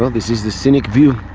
um this is the scenic view.